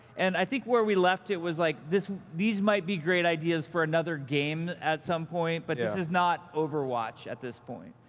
and i think where we left it was, like these might be great ideas for another game at some point, but this is not overwatch at this point.